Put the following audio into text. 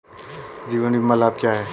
जीवन बीमा लाभ क्या हैं?